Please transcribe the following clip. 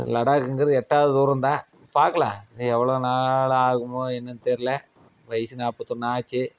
லடாக்குங்கிறது எட்டாத தூரம்தான் பார்க்கலாம் எவ்வளோ நாள் ஆகுமோ என்னன்னு தெரில வயது நாப்பத்தொன்று ஆச்சு